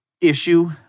issue